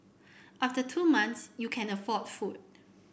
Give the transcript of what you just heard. after two months you can afford food